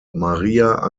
maría